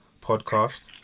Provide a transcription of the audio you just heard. podcast